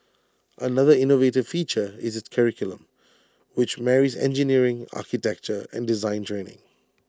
another innovative feature is its curriculum which marries engineering architecture and design training